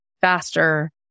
faster